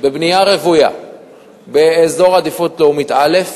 בבנייה רוויה באזור עדיפות לאומית א',